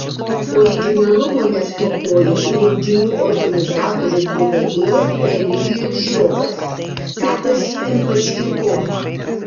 originalumo nestokojo ir renginių organizatorius bei vedėjas remigijus žiogas tapęs pimpačkiuku